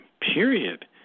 Period